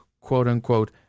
quote-unquote